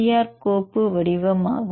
R கோப்பு வடிவமாகும்